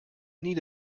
need